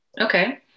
okay